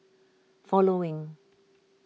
following